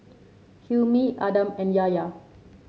Hilmi Adam and Yahya